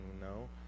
no